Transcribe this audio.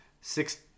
six